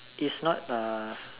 it's not uh